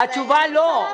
התשובה היא לא.